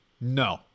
no